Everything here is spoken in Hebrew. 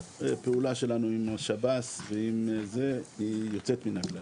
הפעולה שלנו עם השב"ס היא יוצאת מן הכלל.